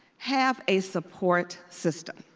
have a support system.